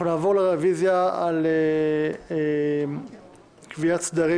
אנחנו נעבור לרביזיה על קביעת סדרים